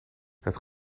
het